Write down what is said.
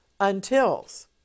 untils